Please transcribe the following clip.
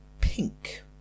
pink